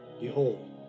Behold